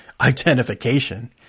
identification